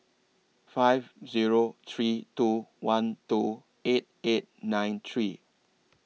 five Zero three two one two eight eight nine three